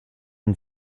und